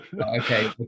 Okay